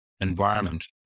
environment